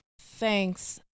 thanks